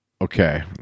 Okay